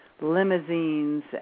limousines